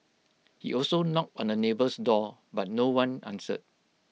he also knocked on the neighbour's door but no one answered